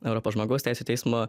europos žmogaus teisių teismo